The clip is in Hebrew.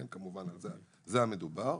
על זה מדובר,